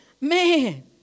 Man